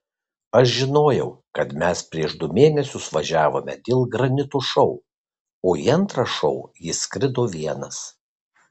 aš žinojau kad mes prieš du mėnesius važiavome dėl granito šou o į antrą šou jis skrido vienas